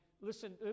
Listen